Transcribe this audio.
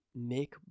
make